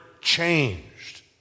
changed